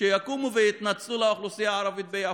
שיקומו ויתנצלו בפני האוכלוסייה הערבית ביפו,